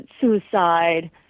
suicide